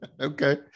Okay